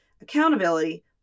accountability